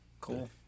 Cool